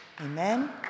Amen